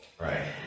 Right